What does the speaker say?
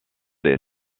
des